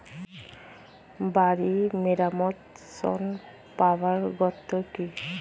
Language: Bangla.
বাড়ি মেরামত ঋন পাবার শর্ত কি?